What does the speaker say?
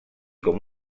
com